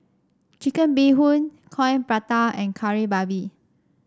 Chicken Bee Hoon Coin Prata and Kari Babi